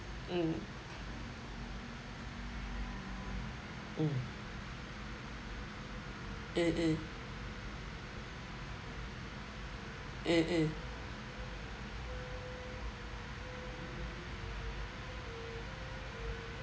mm mm uh uh uh uh